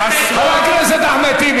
חבר הכנסת גטאס.